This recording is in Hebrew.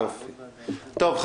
טוב,